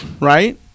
Right